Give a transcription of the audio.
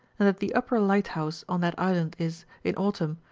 and that the upper lighthouse on that island is, in autumn,